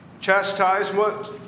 chastisement